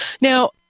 Now